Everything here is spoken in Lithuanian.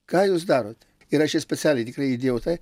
ką jūs darote ir aš čia specialiai tikrai įdėjau tai